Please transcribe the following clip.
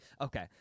Okay